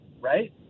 Right